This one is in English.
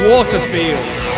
Waterfield